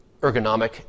ergonomic